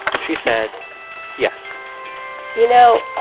she said yes you know,